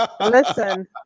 Listen